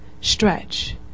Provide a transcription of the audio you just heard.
stretch